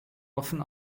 offen